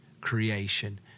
creation